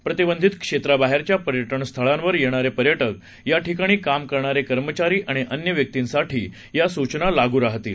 प्रतिबंधित क्षेत्राबाहेरच्या पर्यटनस्थळांवर येणारे पर्यटक या ठिकाणी काम करणारे कर्मचारी आणि अन्य व्यक्तींसाठी या सूचना लागू राहतील